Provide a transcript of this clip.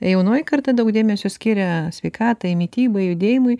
jaunoji karta daug dėmesio skiria sveikatai mitybai judėjimui